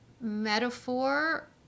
metaphor